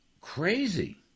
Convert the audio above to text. crazy